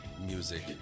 music